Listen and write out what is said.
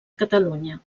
catalunya